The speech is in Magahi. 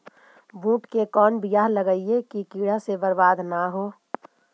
बुंट के कौन बियाह लगइयै कि कीड़ा से बरबाद न हो?